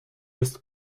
ارث